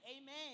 Amen